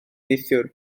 neithiwr